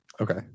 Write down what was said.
Okay